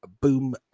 Boom